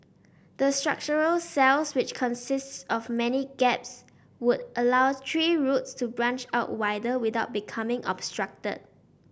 the structural cells which consists of many gaps would allow tree roots to branch out wider without becoming obstructed